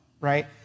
right